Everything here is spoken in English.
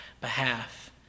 behalf